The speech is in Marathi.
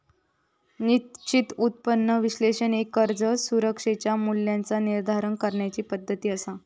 निश्चित उत्पन्न विश्लेषण एक कर्ज सुरक्षेच्या मूल्याचा निर्धारण करण्याची पद्धती असा